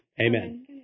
Amen